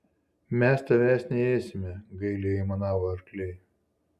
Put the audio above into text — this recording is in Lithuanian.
mes tavęs neėsime gailiai aimanavo arkliai